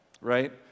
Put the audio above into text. right